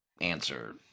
answer